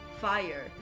FIRE